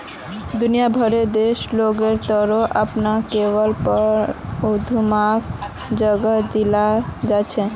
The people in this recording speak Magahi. दुनिया भरेर देशत लोगेर द्वारे अपनार लेवलेर पर उद्यमिताक जगह दीयाल जा छेक